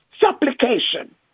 Supplication